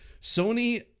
Sony